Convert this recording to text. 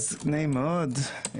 נעים מאוד,